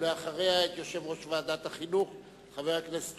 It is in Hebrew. ואחריה, את יושב-ראש ועדת החינוך, חבר הכנסת